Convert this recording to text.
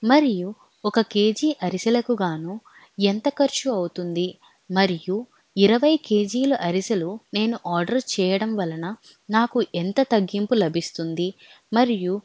మరియు ఒక K G అరిసెలకు గాను ఎంత ఖర్చు అవుతుంది మరియు ఇరవై కే జీల అరిసెలు నేను ఆర్డర్ చేయడం వలన నాకు ఎంత తగ్గింపు లభిస్తుంది మరియు